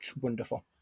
wonderful